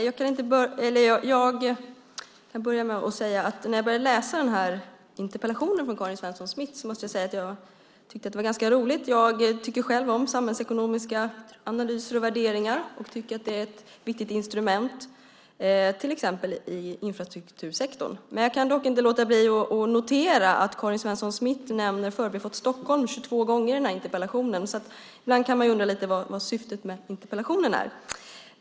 Fru talman! Jag kan börja med att säga att jag, när jag började läsa den här interpellationen från Karin Svensson Smith, tyckte att det var ganska roligt. Jag tycker själv om samhällsekonomiska analyser och värderingar och tycker att det är ett viktigt instrument, till exempel i infrastruktursektorn. Men jag kan inte låta bli att notera att Karin Svensson Smith nämner Förbifart Stockholm 22 gånger i den här interpellationen. Därför kan man ibland undra lite vad syftet med interpellationen är.